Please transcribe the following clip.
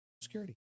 Security